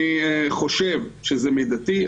אני חושב שזה מידתי,